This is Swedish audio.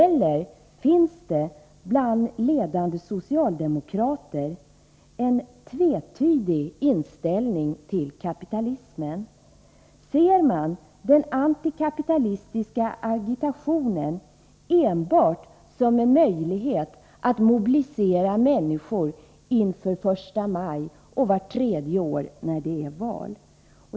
Eller finns det bland ledande socialdemokrater en tvetydig inställning till kapitalismen? Ser man den antikapitalistiska agitationen enbart som en möjlighet att mobilisera människor inför första maj och vart tredje år när det är val?